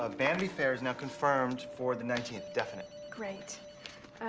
ah vanity fair's now confirmed for the nineteenth, definite. great.